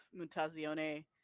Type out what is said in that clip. Mutazione